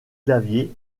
claviers